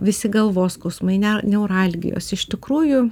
visi galvos skausmai ne neuralgijos iš tikrųjų